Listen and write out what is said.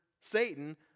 Satan